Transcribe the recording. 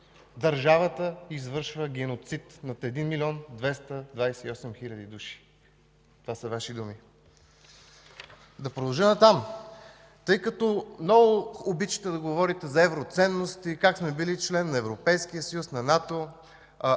държавата извършва геноцид над 1 млн. 228 хил. души – това са Ваши думи. Да продължа нататък. Тъй като много обичате да говорите за евроценности, как сме били член на Европейския съюз, на НАТО,